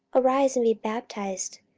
arise, and be baptized,